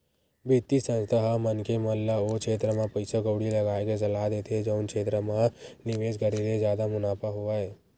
बित्तीय संस्था ह मनखे मन ल ओ छेत्र म पइसा कउड़ी लगाय के सलाह देथे जउन क्षेत्र म निवेस करे ले जादा मुनाफा होवय